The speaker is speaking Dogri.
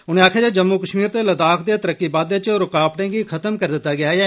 उनें आक्खेया जे जम्मू कश्मीर ते लद्दाख दे तरक्की बाददे च रुकावटें गी खत्म करी दिता गेया ऐ